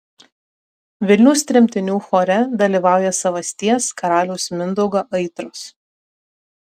vilniaus tremtinių chore dalyvauja savasties karaliaus mindaugo aitros